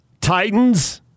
Titans